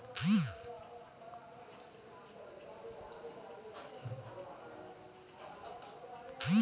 प्रति माह स्वास्थ्य बीमा केँ लागत केतना होइ है?